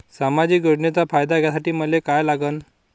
सामाजिक योजनेचा फायदा घ्यासाठी मले काय लागन?